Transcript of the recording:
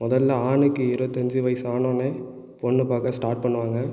முதலில் ஆணுக்கு இருவத்தஞ்சு வயது ஆனொடணே பெண்ணு பார்க்க ஸ்டார்ட் பண்ணுவாங்க